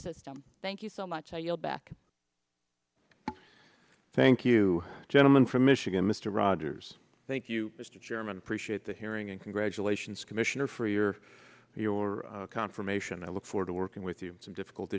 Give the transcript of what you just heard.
system thank you so much i yield back thank you gentleman from michigan mr rogers thank you mr chairman appreciate the hearing and congratulations commissioner for your your confirmation i look forward to working with you some difficult